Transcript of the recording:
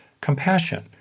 compassion